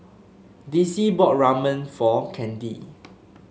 Dicy bought Ramen for Kandi